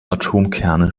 atomkerne